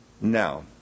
Now